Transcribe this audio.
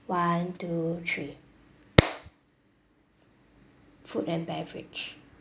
one two three food and beverage